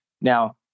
Now